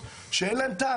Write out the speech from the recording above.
שאין להם טעם.